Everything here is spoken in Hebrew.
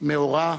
מאורע חגיגי,